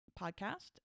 podcast